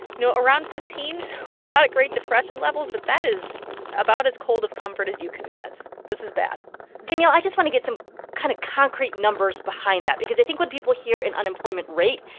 you know, around fifteen, so we're not at great depression levels, but that is about as cold of comfort as you can get. this is bad danielle, i just want to get some kind of concrete numbers behind that because i think when people hear an unemployment rate,